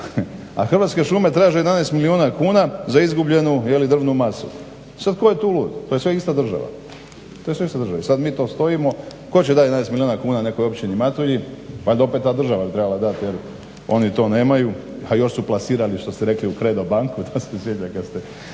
A Hrvatske šume traže 11 milijuna kuna za izgubljenu drvnu masu. Sad tko je tu lud? To je sve ista država. I sad mi to stojimo, tko će dati 11 milijuna kuna nekoj Općini Matulji? Valjda opet ta država bi trebala dati jel', a oni to nemaju a još su plasirali što ste rekli u CREDO banku. To se sjećam kad ste